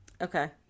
Okay